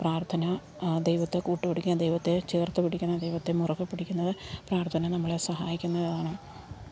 പ്രാർത്ഥന ദൈവത്തെ കൂട്ടു പിടിക്കാൻ ദൈവത്തെ ചേർത്തു പിടിക്കുന്ന ദൈവത്തെ മുറുകെ പിടിക്കുന്നത് പ്രാർത്ഥന നമ്മളെ സഹായിക്കുന്നതാണ്